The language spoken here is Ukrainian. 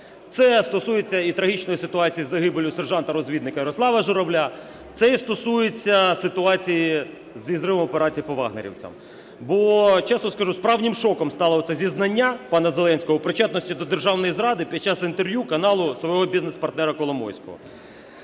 це стосується і трагічної ситуації з загибеллю сержанта-розвідника Ярослава Журавля, це і стосується ситуації зі зривом операції по "вагнерівцям". Бо чесно скажу, справжнім шоком стало оце зізнання пана Зеленського у причетності до державної зради під час інтерв'ю каналу свого бізнес-партнера Коломойського.